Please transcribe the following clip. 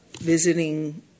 visiting